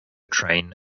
train